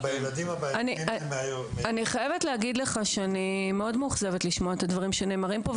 אני חייבת להגיד לך שאני מאוד מאוכזבת לשמוע את הדברים שנאמרים פה,